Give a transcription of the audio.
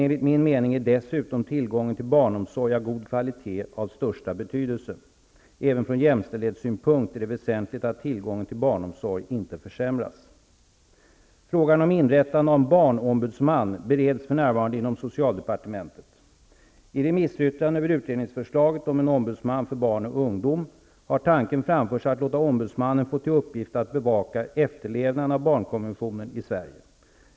Enligt min mening är dessutom tillgången till barnomsorg av god kvalitet av största betydelse. Även från jämställdhetssynpunkt är det väsentligt att tillgången till barnomsorg inte försämras. - Frågan om inrättandet av en barnombudsman bereds för närvarande inom socialdepartementet. I har tanken framförts att låta ombudsmannen få till uppgift att bevaka efterlevnaden av barnkonventionen i Sverige.